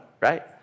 right